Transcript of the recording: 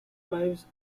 lives